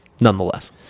nonetheless